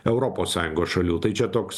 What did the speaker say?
europos sąjungos šalių tai čia toks